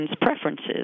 preferences